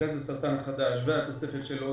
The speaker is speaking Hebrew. מרכז הסרטן החדש והתוספת שלו,